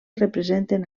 representen